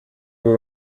ubu